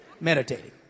Meditating